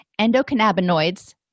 endocannabinoids